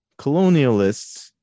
colonialists